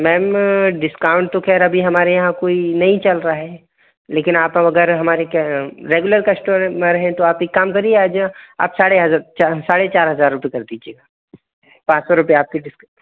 ma'am discount तो ख़ैर अभी हमारे यहाँ कोई नहीं चल रहा है लेकिन आप अगर हमारे क्या रेगुलर कस्टमर हैं तो आप एक काम करिए आज आप साढ़े चार हज़ार रुपये कर दीजिएगा पाँच सौ रुपये आपके डिस्काउंट के